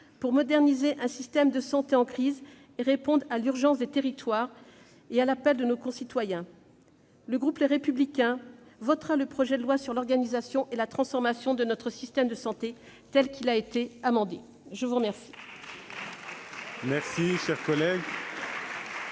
pour moderniser un système de santé en crise et répondre à l'urgence des territoires et à l'appel de nos concitoyens. Le groupe Les Républicains votera le projet de loi relatif à l'organisation et à la transformation du système de santé tel que le Sénat l'a modifié